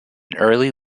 early